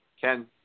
Ken